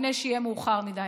לפני שיהיה מאוחר מדי.